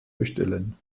bestellen